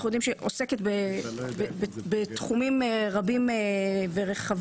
אנחנו יודעים שהיא עוסקת בתחומים רבים ורחבים.